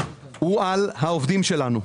הוא על העובדים שלנו.